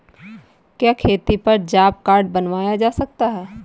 क्या खेती पर जॉब कार्ड बनवाया जा सकता है?